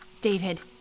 David